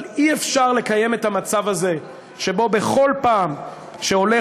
אבל אי-אפשר לקבל את המצב הזה שבו בכל פעם שעולה